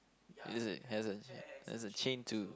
is it has a has a chain to